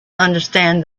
understand